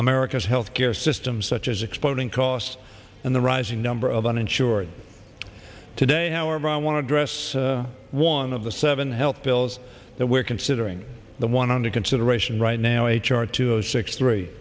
america's health care system such as exploding costs and the rising number of uninsured today however i want to address one of the seven help bills that we're considering the one under consideration right now h r two zero six three